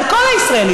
על כל הישראלים.